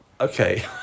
Okay